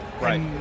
right